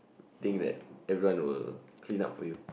think that everyone will clean up for you